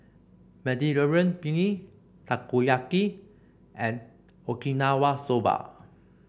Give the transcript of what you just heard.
Mediterranean Penne Takoyaki and Okinawa Soba